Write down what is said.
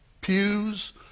pews